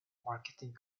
marketing